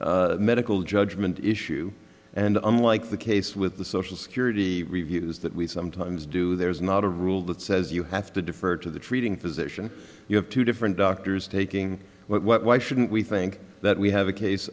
of medical judgment issue and unlike the case with the social security reviews that we sometimes do there's not a rule that says you have to defer to the treating physician you have two different doctors taking why shouldn't we think that we have a case